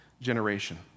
generation